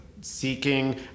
seeking